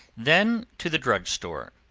then to the drug store,